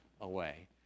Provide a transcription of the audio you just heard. away